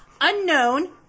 unknown